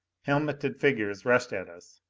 helmeted figures rushed at us,